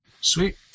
Sweet